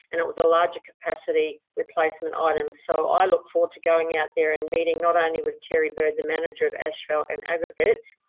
and it was a larger capacity replacement item so i look forward to going out there and meeting not only with terry bird, the manager of asphalt and aggregates,